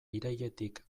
irailetik